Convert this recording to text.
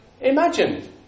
imagine